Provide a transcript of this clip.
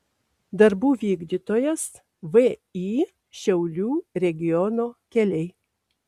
darbų vykdytojas vį šiaulių regiono keliai